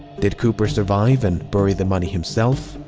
did cooper survive and bury the money himself?